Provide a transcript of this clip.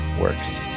works